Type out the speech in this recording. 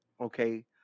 okay